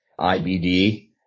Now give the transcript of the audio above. IBD